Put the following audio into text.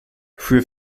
für